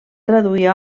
traduir